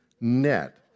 net